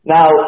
Now